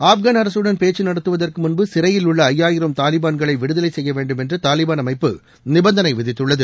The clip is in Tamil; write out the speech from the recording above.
ஆப்கான் அரசுடன் பேச்சு நடத்துவதற்கு முன்பு சிறையில் உள்ள ஐயாயிரம் தாலிபான்களை விடுதலை செய்ய வேண்டும் என்று தாலிபான் அமைப்பு நிபந்தனை விதித்துள்ளது